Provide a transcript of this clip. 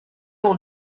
will